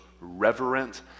reverent